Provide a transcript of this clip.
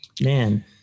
man